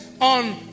on